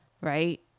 right